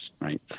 right